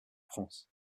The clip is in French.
france